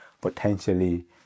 potentially